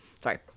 Sorry